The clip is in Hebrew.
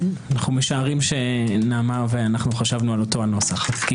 משערים שנעמה ואנו חשבנו על אותו נוסח.